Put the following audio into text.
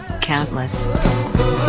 countless